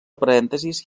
parèntesis